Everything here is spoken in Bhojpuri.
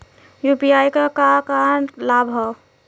यू.पी.आई क का का लाभ हव?